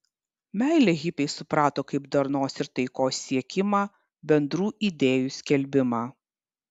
meilę hipiai suprato kaip darnos ir taikos siekimą bendrų idėjų skelbimą